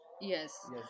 Yes